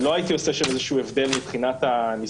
ולא הייתי עושה שם איזה שהוא הבדל מבחינת הניסוחים.